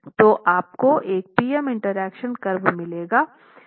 तो आपको एक PM इंटरैक्शन कर्व मिलेगा